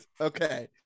Okay